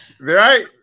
Right